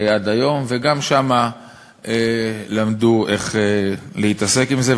עד היום, וגם שם למדו איך להתעסק עם זה.